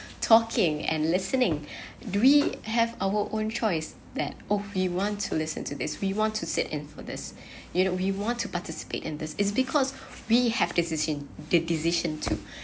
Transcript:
talking and listening do we have our own choice that oh you want to listen to this we want to sit in for this you know we want to participate in this is because we have decision the decision to